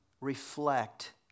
reflect